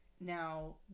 now